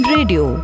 Radio